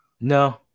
No